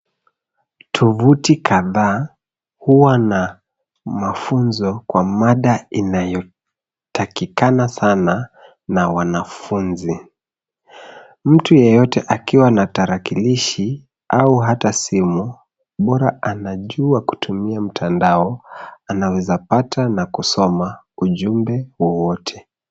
Tovuti kadhaa huwa na mafunzo kwa mada inayotakikana sana na wanafunzi. Mtu yeyote akiwa na tarakilishi au hata simu bora anajua kutumia mtandao anaweza pata na kusoma ujumbe wowote.